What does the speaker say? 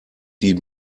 die